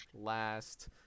last